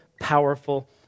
powerful